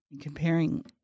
Comparing